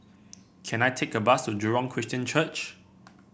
can I take a bus to Jurong Christian Church